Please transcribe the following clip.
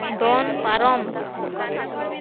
ᱫᱚᱱ ᱯᱟᱨᱚᱢ